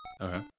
Okay